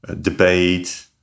debate